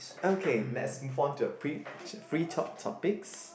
okay let's move on to a pre free talk topics